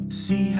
See